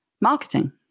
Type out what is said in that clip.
marketing